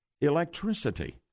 electricity